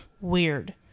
weird